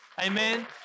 Amen